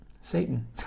Satan